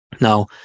Now